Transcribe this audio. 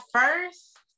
first